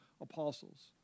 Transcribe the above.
apostles